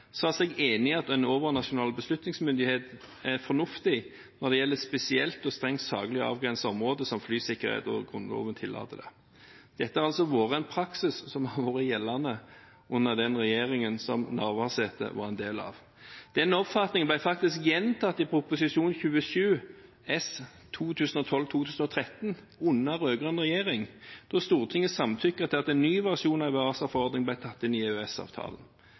sa seg enig i at en overnasjonal beslutningsmyndighet er fornuftig når det gjelder spesielt og strengt saklig avgrenset område, som flysikkerhet, og Grunnloven tillater det. Dette er altså en praksis som har vært gjeldende under den regjeringen som Navarsete var en del av. Den oppfatningen ble faktisk gjentatt i Prop. 27 S for 2012–2013 under den rød-grønne regjeringen da Stortinget samtykket til at en ny versjon EASA-forordning ble tatt inn i